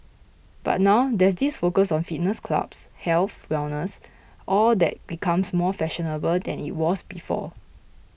but now there's this focus on fitness clubs health wellness all that becomes more fashionable than it was before